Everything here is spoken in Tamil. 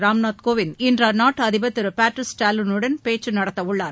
ராம்நாத் கோவிந்த் இன்று அந்நாட்டு அதிபர் திரு பேட்ரிஸ் தாலோனுடன் பேச்சு நடத்தவுள்ளார்